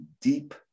deep